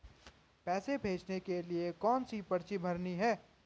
पैसे भेजने के लिए कौनसी पर्ची भरनी है?